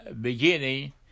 beginning